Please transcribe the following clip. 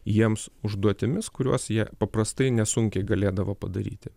jiems užduotimis kuriuos jie paprastai nesunkiai galėdavo padaryti